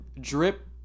Drip